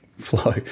flow